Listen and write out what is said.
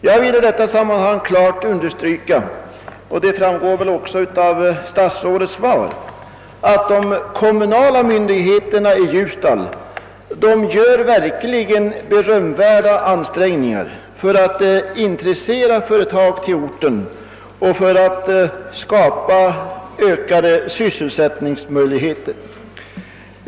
Jag vill i detta sammanhang kraftigt understryka — det framgår väl också av statsrådets svar — att de kommunala myndigheterna i Ljusdal gör berömvärda ansträngningar för att intressera företag för etablering i orten och för att skapa ökade sysselsättningsmöjligheter.